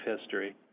history